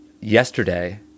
Yesterday